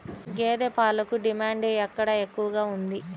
గేదె పాలకు డిమాండ్ ఎక్కడ ఎక్కువగా ఉంది?